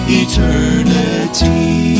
eternity